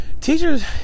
teachers